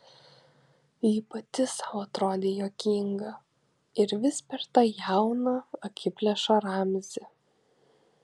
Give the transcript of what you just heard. ji pati sau atrodė juokinga ir vis per tą jauną akiplėšą ramzį